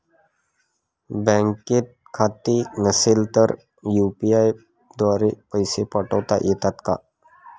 बँकेत खाते नसेल तर यू.पी.आय द्वारे पैसे पाठवता येतात का?